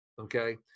Okay